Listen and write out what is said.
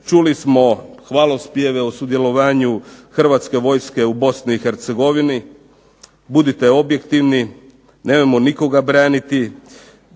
čuli smo hvalospjeve o sudjelovanju hrvatske vojske u Bosni i Hercegovini. Budite objektivni, nemojmo nikoga braniti